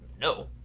no